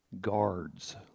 guard's